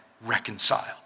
reconciled